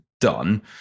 done